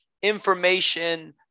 information